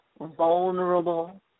vulnerable